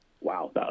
wow